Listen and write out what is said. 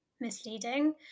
misleading